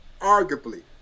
arguably